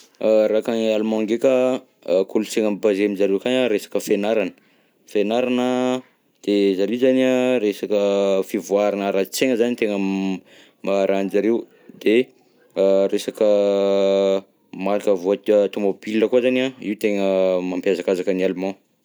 Raha akagny Allemand ndraika, kolonsaina mi-baser amy zareo akagny an resaka fianarana, fianarana de zany hoe zany an resaka fivoarana ara-saina zany tena maharaha anjareo, de resaka marque voitu- tômôbila koa zany an io tegna mampihazakazaka ny Allemand.